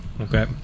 Okay